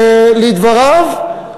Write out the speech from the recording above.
לדבריו,